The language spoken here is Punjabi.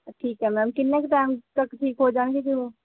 ਠੀਕ ਹੈ ਮੈਮ ਕਿੰਨਾ ਕੁ ਟਾਈਮ ਤੱਕ ਠੀਕ ਹੋ ਜਾਣਗੇ ਜੀ ਉਹ